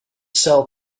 sell